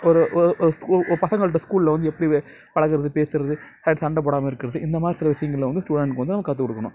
ஒரு ஒரு ஒரு ஸ்கூல் ஒரு பசங்கள்கிட்ட ஸ்கூலில் வந்து எப்படி வே பழகிறது பேசறது அது சண்டை போடாமல் இருக்கிறது இந்த மாதிரி சில விஷயங்கள வந்து ஸ்டூடெண்ட்க்கு வந்து நம்ம கற்றுக் கொடுக்கணும்